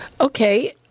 Okay